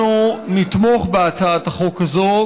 אנחנו נתמוך בהצעת החוק הזאת,